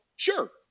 Sure